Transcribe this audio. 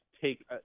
take –